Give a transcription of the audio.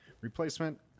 replacement